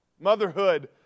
Motherhood